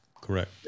Correct